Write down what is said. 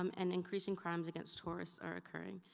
um and increasing crimes against tourists are occurring.